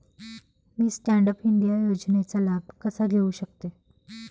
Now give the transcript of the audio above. मी stand up India योजनेचा लाभ कसा घेऊ शकते